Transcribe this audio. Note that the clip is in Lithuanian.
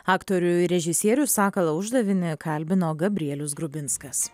aktorių ir režisierių sakalą uždavinį kalbino gabrielius grubinskas